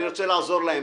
אני רוצה לעזור להם.